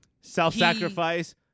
self-sacrifice